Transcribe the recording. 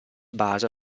basa